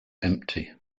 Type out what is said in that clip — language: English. empty